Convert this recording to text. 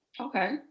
Okay